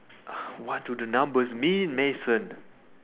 uh what do the numbers mean Mason